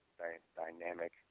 dynamic